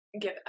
give